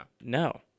no